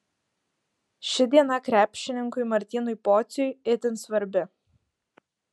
ši diena krepšininkui martynui pociui itin svarbi